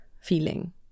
feeling